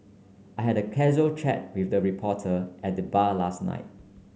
I had a casual chat with a reporter at the bar last night